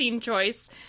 choice